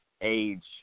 age